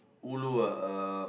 ulu ah uh